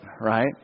right